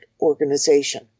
organization